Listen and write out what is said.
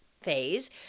phase